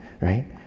Right